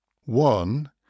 One